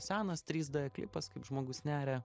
senas trys d klipas kaip žmogus neria